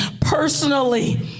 personally